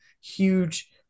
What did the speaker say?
huge